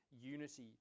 unity